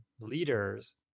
leaders